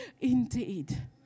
indeed